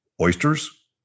oysters